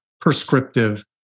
prescriptive